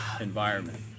environment